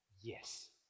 yes